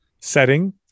setting